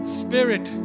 spirit